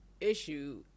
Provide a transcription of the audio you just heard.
issue